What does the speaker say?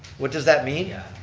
what does that mean?